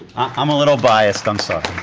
i'm a little biased, i'm sorry.